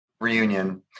reunion